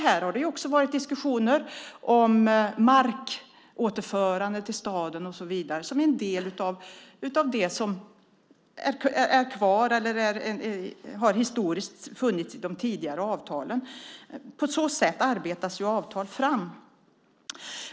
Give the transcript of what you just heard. Här har det också varit diskussioner om markåterförande till staden och så vidare som en del av det som är kvar eller historiskt har funnits i de tidigare avtalet. På så sätt arbetas ju avtal fram.